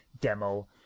demo